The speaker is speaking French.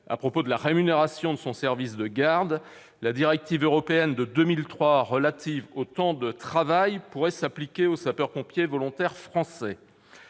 à propos de la rémunération de son service de garde, la directive européenne de 2003 relative au temps de travail pourrait s'appliquer aux sapeurs-pompiers volontaires français.